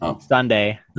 Sunday